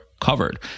covered